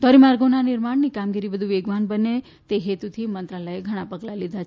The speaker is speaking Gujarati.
ધોરીમાર્ગોના નિર્માણની કામગીરી વધુ વેગવાન બને તે હેતુથી મંત્રાલયે ધણા પગલાં લીધા છે